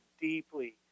deeply